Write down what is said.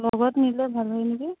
লগত নিলে ভাল হয় নেকি